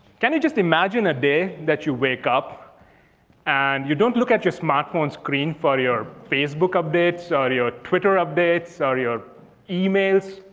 can you just imagine a day that you wake up and you don't look at your smartphone screen for you facebook updates or your twitter updates or your emails.